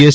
S